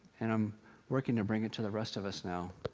and i'm working to bring it to the rest of us now.